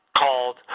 called